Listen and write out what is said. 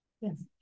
Yes